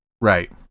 Right